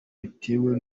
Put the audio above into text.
bitewe